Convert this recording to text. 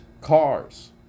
cars